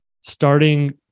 starting